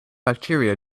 bacteria